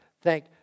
thank